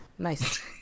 Nice